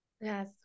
Yes